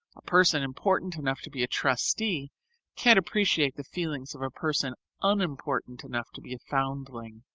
a person important enough to be a trustee can't appreciate the feelings of a person unimportant enough to be a foundling.